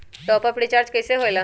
Top up recharge कइसे होएला?